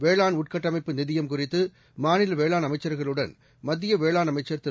வேளாண் உள்கட்டமைப்பு நிதியம் குறித்துமாநிலவேளாண் அமைச்சர்களுடன் மத்தியவேளாண் அமைச்சர் திரு